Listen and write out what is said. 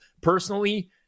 personally